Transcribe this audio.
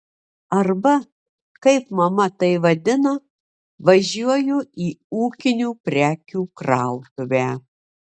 arba kaip mama tai vadina važiuoju į ūkinių prekių krautuvę